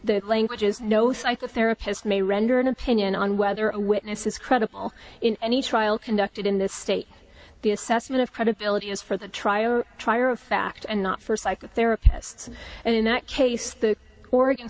the language is no psychotherapist may render an opinion on whether a witness is credible in any trial conducted in this state the assessment of credibility is for the trial trier of fact and not for psychotherapists and in that case the oregon